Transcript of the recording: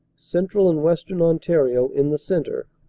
central and western ontario, in the centre,